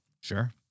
Sure